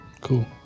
Cool